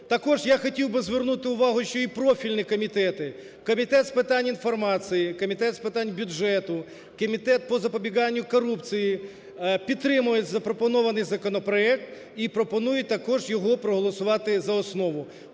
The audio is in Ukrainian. Також я хотів би звернути увагу, що і профільні комітети, Комітет з питань інформації, Комітет з питань бюджету, Комітет по запобіганню корупції підтримують запропонований законопроект і пропонують також його проголосувати за основу.